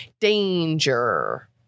danger